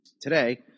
today